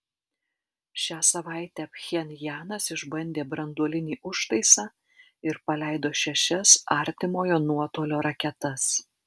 šią savaitę pchenjanas išbandė branduolinį užtaisą ir paleido šešias artimojo nuotolio raketas